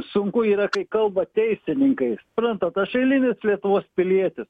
sunku yra kai kalba teisininkai supranta aš eilinis lietuvos pilietis